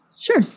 Sure